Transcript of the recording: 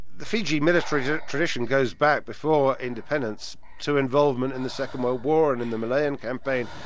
the fiji military tradition goes back before independence to involvement in the second world war and in the malayan campaign.